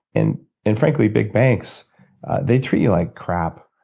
and and frankly big banks they treat you like crap.